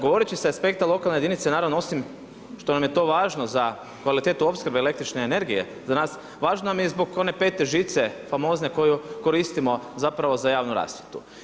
Govoreći sa aspekta lokalne jedinice osim što nam je to važno za kvalitetu opskrbe električne energije za nas, važno nam je i zbog one pete žice famozne koju koristimo za javnu rasvjetu.